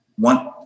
One